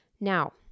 Now